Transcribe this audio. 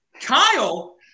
Kyle